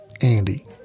Andy